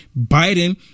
Biden